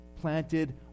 planted